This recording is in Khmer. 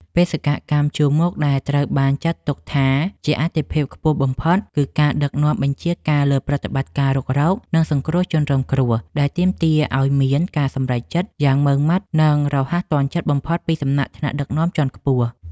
បេសកកម្មជួរមុខដែលត្រូវបានចាត់ទុកថាជាអាទិភាពខ្ពស់បំផុត គឺការដឹកនាំបញ្ជាការលើប្រតិបត្តិការរុករក និងសង្គ្រោះជនរងគ្រោះ ដែលទាមទារឱ្យមានការសម្រេចចិត្តយ៉ាងម៉ឺងម៉ាត់ និងរហ័សទាន់ចិត្តបំផុតពីសំណាក់ថ្នាក់ដឹកនាំជាន់ខ្ពស់។